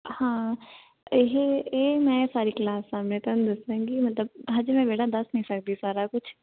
ਹਾਂ ਇਹ ਇਹ ਮੈਂ ਸਾਰੀ ਕਲਾਸ ਸਾਹਮਣੇ ਤੁਹਾਨੂੰ ਦੱਸਾਂਗੀ ਮਤਲਬ ਹਜੇ ਮੈਂ ਬੇਟਾ ਦੱਸ ਨਹੀਂ ਸਕਦੀ ਸਾਰਾ ਕੁਛ